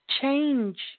Change